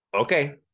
Okay